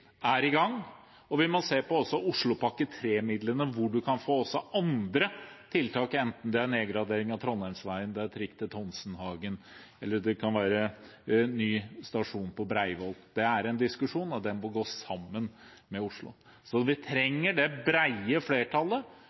i gang. Vi må også se på Oslopakke 3-midlene – hvor man kan få andre tiltak, enten det er nedgradering av Trondheimsveien, trikk til Tonsenhagen eller ny stasjon på Breivoll. Det er en diskusjon, og den må gå sammen med Oslo. Så vi trenger det brede flertallet.